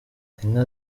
inka